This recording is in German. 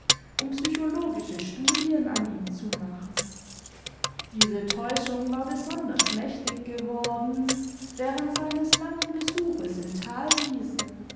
um psychologische studien an ihm zu machen diese täuschung war besonders mächtig geworden während seines langen besuches in